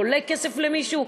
זה עולה כסף למישהו?